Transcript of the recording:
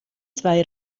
zwei